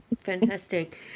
fantastic